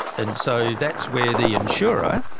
and so that's where the insurer,